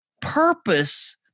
purpose